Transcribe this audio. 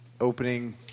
opening